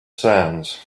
sands